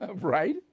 Right